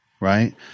right